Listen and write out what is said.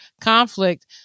conflict